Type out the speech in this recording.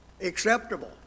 acceptable